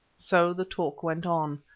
so the talk went on.